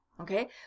okay